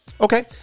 Okay